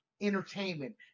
Entertainment